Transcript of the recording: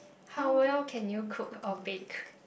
how well can you cook or bake